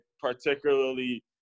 particularly